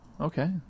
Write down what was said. Okay